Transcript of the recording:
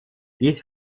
dies